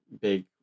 big